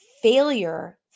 Failure